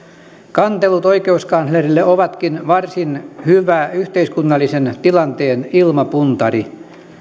kantelut oikeuskanslerille ovatkin varsin hyvä yhteiskunnallisen tilanteen ilmapuntari